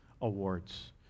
Awards